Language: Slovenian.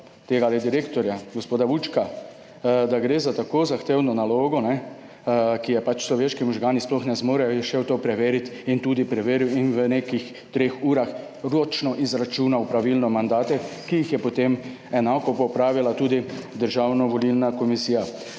tega direktorja, gospoda Vučka, da gre za tako zahtevno nalogo, ki je pač človeški možgani sploh ne zmorejo, je šel to preveriti in tudi preveril in v nekih treh urah ročno izračunal pravilno mandate, ki jih je potem enako popravila tudi Državna volilna komisija.